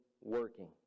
working